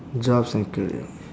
jobs and career